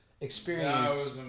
experience